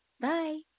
Bye